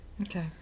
Okay